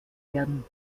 werden